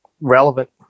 relevant